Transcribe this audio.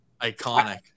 Iconic